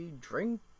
drink